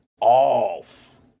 off